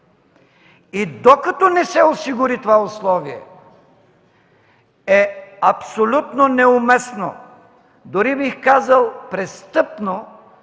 и докато не се осигури това условие, е абсолютно неуместно, дори бих казал – престъпно,